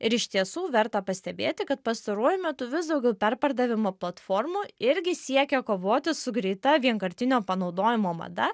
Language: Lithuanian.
ir iš tiesų verta pastebėti kad pastaruoju metu vis daugiau perpardavimo platformų irgi siekia kovoti su greita vienkartinio panaudojimo mada